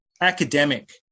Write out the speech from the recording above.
academic